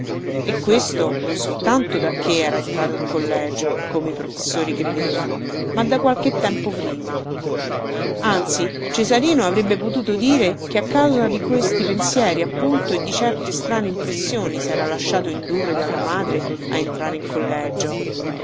e questo non soltanto dacché era entrato in collegio come i professori credevano ma da qualche tempo prima anzi cesarino avrebbe potuto dire che a causa di questi pensieri appunto e di certe strane impressioni sera lasciato indurre dalla madre a entrare in collegio